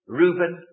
Reuben